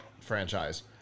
franchise